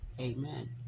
Amen